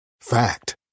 Fact